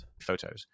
photos